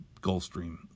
Gulfstream